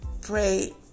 Pray